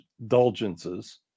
indulgences